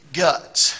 guts